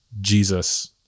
Jesus